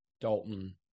Dalton